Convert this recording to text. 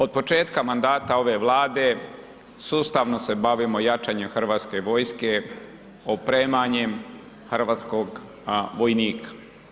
Od početka mandata ove Vlade, sustavno se bavimo jačanjem hrvatske vojske, opremanjem hrvatskog vojnika.